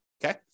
Okay